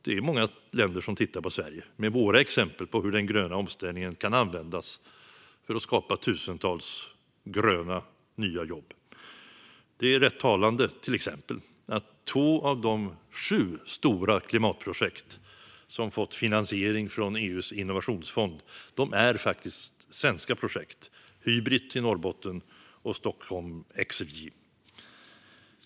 Det är många länder som tittar på Sverige och våra exempel på hur den gröna omställningen kan användas för att skapa tusentals gröna nya jobb. Det är rätt talande, till exempel, att två av de sju stora klimatprojekt som fått finansiering från EU:s innovationsfond är svenska projekt: Hybrit i Norrbotten och Stockholm Exergi.